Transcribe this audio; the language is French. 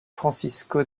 francisco